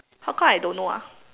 how come I don't know ah